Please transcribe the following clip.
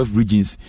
regions